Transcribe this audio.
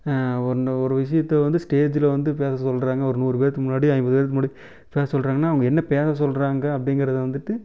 ஒன்று ஒரு விஷயத்த வந்து ஸ்டேஜில் வந்து பேச சொல்லுறாங்க ஒரு நூறு பேர்த்துக்கு முன்னாடி ஐம்பது பேருக்கு முன்னாடி பேச சொல்லுறாங்கன்னா அவங்க என்ன பேச சொல்லுறாங்க அப்படிங்கிறத வந்துவிட்டு